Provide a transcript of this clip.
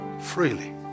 freely